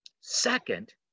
Second